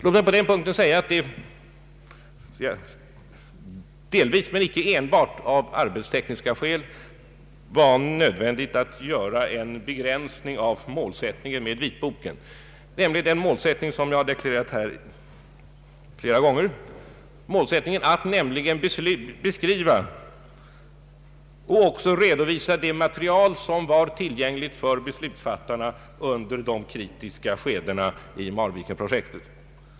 Låt mig på den punkten säga att det delvis men inte enbart av tekniska skäl var nödvändigt att begränsa målsättningen för vitboken, en begränsning som dessutom klart angivits i förordet. Som jag här flera gånger har deklarerat blev alltså målsättningen att beskriva och redovisa det material som var tillgängligt för beslutsfattarna under de kritiska skedena av Marvikenprojektet.